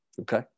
Okay